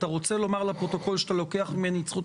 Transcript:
אתה רוצה לומר לפרוטוקול שאתה לוקח ממני את זכות